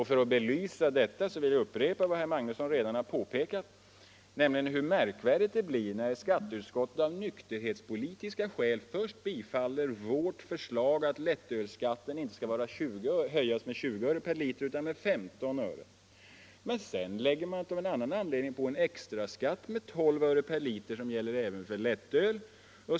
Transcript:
För att belysa detta vill jag upprepa vad herr Magnusson i Borås redan påpekat, nämligen hur märkvärdigt det blir när skatteutskottet av nykterhetspolitiska skäl först tillstyrker vårt förslag att lättölsskatten inte skall höjas med 20 öre per liter utan med 15 öre men sedan av en annan anledning lägger på en extraskatt med 12 öre per liter som gäller även lättöl.